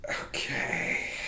Okay